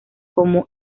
como